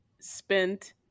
spent